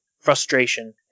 frustration